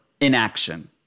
inaction